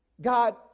God